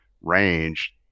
range